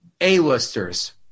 A-listers